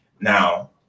Now